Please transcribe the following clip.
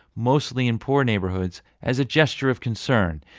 mostly in poor neighborhoods, as a gesture of concern.